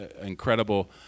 incredible